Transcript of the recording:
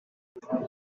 umuntu